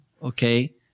Okay